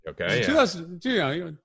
okay